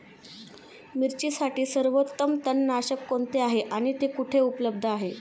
मिरचीसाठी सर्वोत्तम तणनाशक कोणते आहे आणि ते कुठे उपलब्ध आहे?